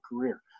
career